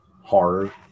horror